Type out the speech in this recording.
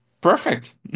perfect